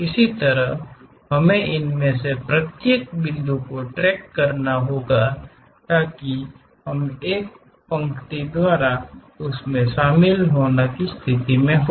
इसी तरह हमें इनमें से प्रत्येक बिंदु को ट्रैक करना होगा ताकि हम एक पंक्ति द्वारा उस में शामिल होने की स्थिति में हों